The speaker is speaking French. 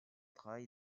travail